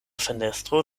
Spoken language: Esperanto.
fenestro